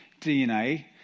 DNA